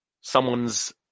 someone's